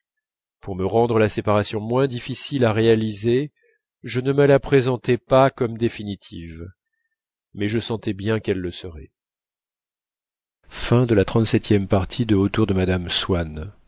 pour me rendre la séparation moins difficile à réaliser je ne me la représentais pas comme définitive mais je sentais bien qu'elle le serait